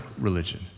religion